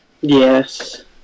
Yes